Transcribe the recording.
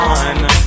one